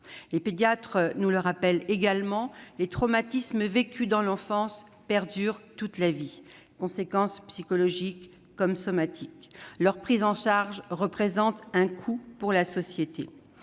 Les pédiatres nous rappellent également que les traumatismes vécus dans l'enfance perdurent toute la vie, avec des conséquences psychologiques comme somatiques. Leur prise en charge représente un coût pour la société.